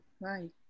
right